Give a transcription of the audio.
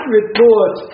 report